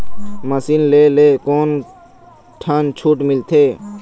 Machine ले ले कोन ठन छूट मिलथे?